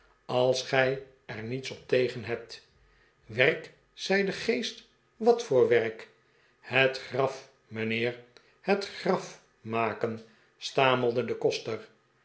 als gij er niets op tegen hebt werk zei de geest wat voor werk het graf mijnheer het graf maken stamelde de koster